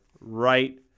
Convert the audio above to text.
right